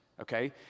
Okay